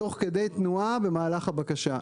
תוך כדי תנועה, במהלך הבקשה.